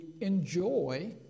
enjoy